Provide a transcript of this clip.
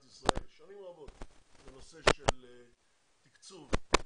ישראל שנים רבות בנושא של תקצוב ועזרה,